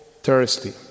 thirsty